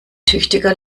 tüchtiger